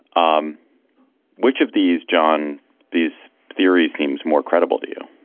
um which of these, john these theories seems more credible to you?